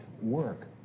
Work